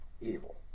evil